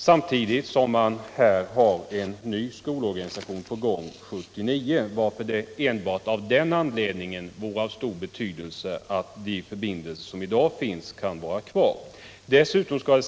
Samtidigt är det på gång en ny skolorganisation till hösten 1979, varför det enbart av den anledningen är av stor betydelse att de förbindelser som i dag finns kan vara kvar.